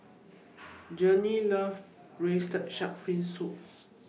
Journey loves Braised Shark Fin Soup